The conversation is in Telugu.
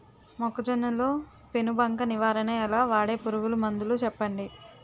మొక్కజొన్న లో పెను బంక నివారణ ఎలా? వాడే పురుగు మందులు చెప్పండి?